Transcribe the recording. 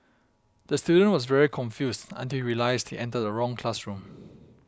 the student was very confused until he realised he entered the wrong classroom